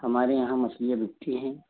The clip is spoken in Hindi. हमारे यहाँ मछलियाँ बिकती हैं